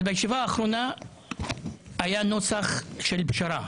אבל בישיבה האחרונה היה נוסח של פשרה